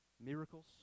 miracles